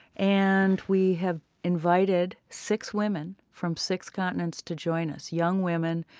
and we have invited six women from six continents to join us young women,